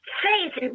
faith